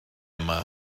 yma